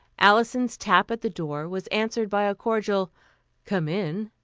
alison's tap at the door was answered by a cordial come in,